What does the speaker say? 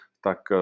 tak